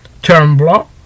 TurnBlock